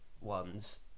ones